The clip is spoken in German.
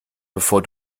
bevor